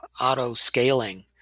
auto-scaling